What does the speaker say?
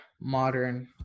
modern